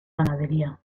ganadería